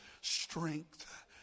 strength